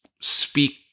speak